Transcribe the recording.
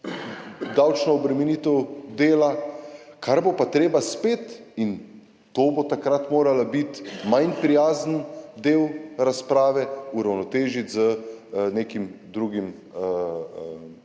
davčno obremenitev dela, kar bo pa treba spet, in to bo takrat moral biti manj prijazen del razprave, uravnotežiti z neko drugo